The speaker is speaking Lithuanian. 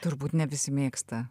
turbūt ne visi mėgsta